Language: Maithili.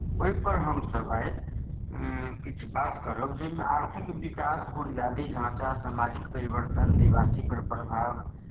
ओहिपर हमसभ आइ किछु बात करब जाहिमे आर्थिक विकास बुनियादी ढाँचा सामाजिक परिवर्तन निवासीपर प्रभाव